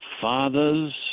fathers